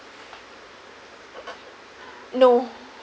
no